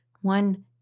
one